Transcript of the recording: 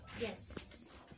Yes